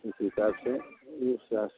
उस हिसाब से उस